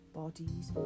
bodies